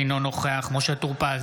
אינו נוכח משה טור פז,